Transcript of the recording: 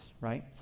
right